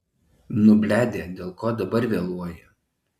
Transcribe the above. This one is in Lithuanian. nu bledė dėl ko dabar vėluoji